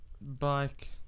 Bike